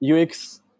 UX